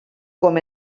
com